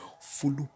follow